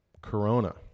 Corona